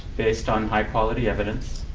based on high quality evidence.